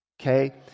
okay